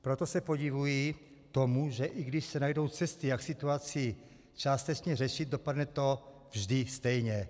Proto se podivuji tomu, že i když se najdou cesty, jak situaci částečně řešit, dopadne to vždy stejně.